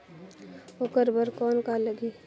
ओकर बर कौन का लगी?